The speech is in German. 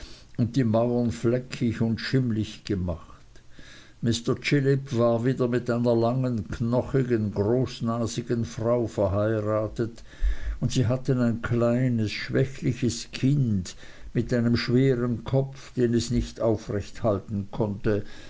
und die mauern fleckig und schimmlig gemacht mr chillip war wieder mit einer langen knochigen großnasigen frau verheiratet und sie hatten ein kleines schwächliches kind mit einem schweren kopf den es nicht aufrecht halten konnte